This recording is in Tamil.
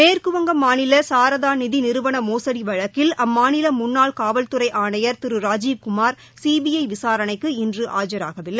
மேற்குவங்க மாநில சாரதா நிதி நிறுவன மோசடி வழக்கில் அம்மாநில முன்னாள் காவல்துறை ஆனையா் திரு ராஜீவ்குமார் சிபிஐ விசாரணைக்கு இன்று ஆஜராகவில்லை